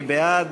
מי בעד?